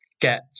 get